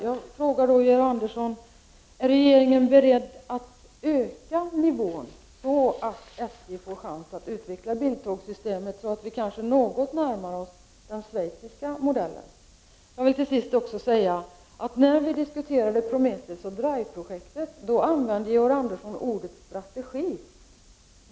Jag vill till sist också säga att när vi diskuterade Prometheus och DRIVE projektet använde Georg Andersson ordet strategi.